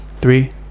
three